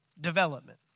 development